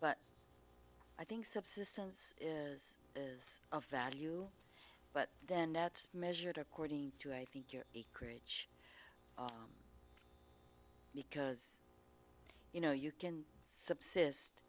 but i think subsistence is is of value but then that's measured according to i think your acreage because you know you can subsist